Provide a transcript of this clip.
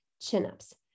chin-ups